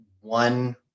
one